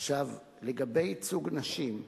לגבי ייצוג נשים,